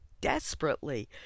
desperately